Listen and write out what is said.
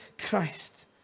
Christ